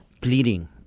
bleeding